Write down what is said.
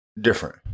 Different